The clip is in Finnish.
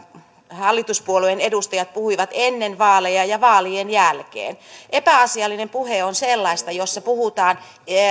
hallituspuolueen edustajat puhuivat ennen vaaleja ja vaalien jälkeen epäasiallinen puhe on sellaista jossa puhutaan